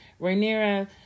Rhaenyra